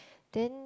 then